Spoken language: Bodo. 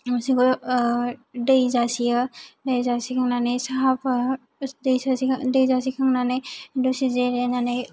दै जासियो दै जासिखांनानै दै जासिखांनानै दसे जिरायनानै